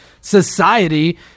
society